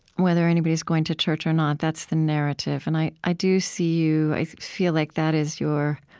whether anybody's going to church or not, that's the narrative. and i i do see you i feel like that is your